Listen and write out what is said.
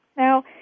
Now